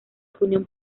opinión